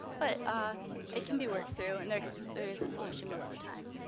but ah it can be worked through, and there there is a solution most of the time.